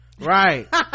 right